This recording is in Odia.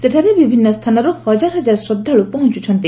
ସେଠାରେ ବିଭିନ୍ନ ସ୍ଥାନରୁ ହଜାର ହଜାର ଶ୍ରଦ୍ଧାଳୁ ପହଞ୍ଚୁଛନ୍ତି